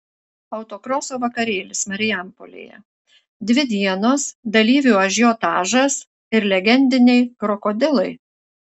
autokroso vakarėlis marijampolėje dvi dienos dalyvių ažiotažas ir legendiniai krokodilai